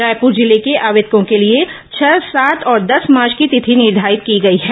रायपूर जिले के आवेदकों के लिए छह सात और दस मार्च की तिथि निर्धारित की गई है